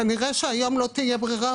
כנראה שהיום לא תהיה ברירה,